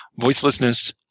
voicelessness